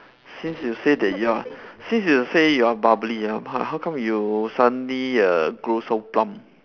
since you say that you are since you say you are bubbly ah but how come you suddenly err grow so plump